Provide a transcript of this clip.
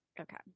Okay